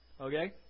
Okay